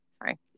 Sorry